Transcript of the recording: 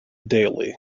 daily